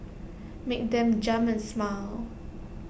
make them jump and smile